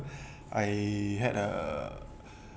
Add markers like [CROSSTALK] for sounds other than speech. [BREATH] I had a